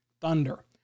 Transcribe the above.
Thunder